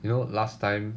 you know last time